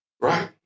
right